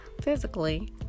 physically